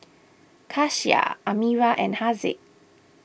Kasih Amirah and Haziq